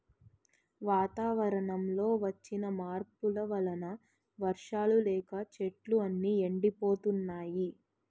వాతావరణంలో వచ్చిన మార్పుల వలన వర్షాలు లేక చెట్లు అన్నీ ఎండిపోతున్నాయి